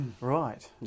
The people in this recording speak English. Right